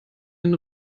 den